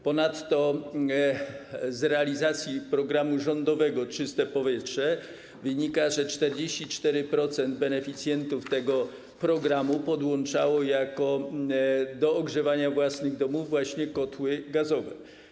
Ponadto z realizacji programu rządowego ˝Czyste powietrze˝ wynika, że 44% beneficjentów tego programu podłączało do ogrzewania własnych domów właśnie kotły gazowe.